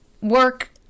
work